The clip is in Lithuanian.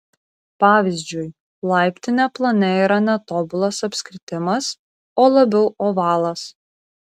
pavyzdžiui laiptinė plane yra ne tobulas apskritimas o labiau ovalas